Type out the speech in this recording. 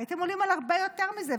הייתם עולים על הרבה יותר מזה,